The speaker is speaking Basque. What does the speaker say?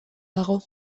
dago